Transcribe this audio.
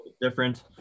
different